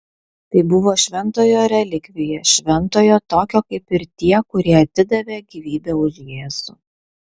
tai buvo šventojo relikvija šventojo tokio kaip ir tie kurie atidavė gyvybę už jėzų